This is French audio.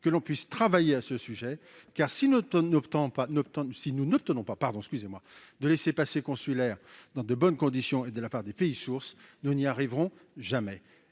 que l'on puisse travailler sur ce sujet, car, si nous n'obtenons pas de laissez-passer consulaires dans de bonnes conditions de la part des pays sources, nous n'y arriverons